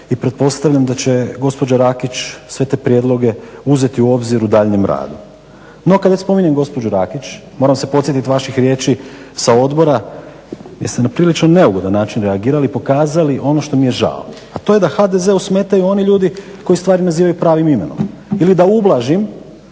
i pretpostavljam da će gospođa Rakić sve te prijedloge uzeti u obzir u daljnjem radu. No kad već spominjem gospođu Rakić moram se podsjetiti vaših riječi sa odbora jer ste na prilično neugodan način reagirali, pokazali ono što mi je žao, a to je da HDZ-u smetaju oni ljudi koji stvari nazivaju pravim imenom. Ili da ublažim